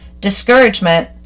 discouragement